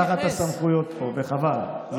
תחת הסמכויות פה, וחבל.